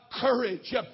courage